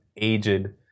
aged